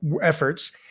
efforts